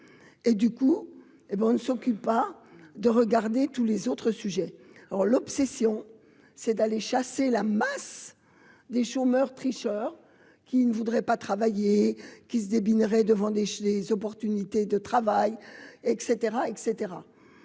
et du coup, hé ben on ne s'occupe pas de regarder tous les autres sujets, alors l'obsession, c'est d'aller chasser la masse des chômeurs tricheur qui ne voudraient pas travailler qui se débinent devant des les opportunités de travail et caetera